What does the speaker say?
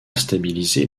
stabiliser